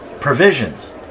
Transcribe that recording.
provisions